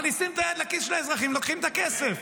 מכניסים את היד לכיס של האזרחים ולוקחים את הכסף.